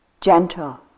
Gentle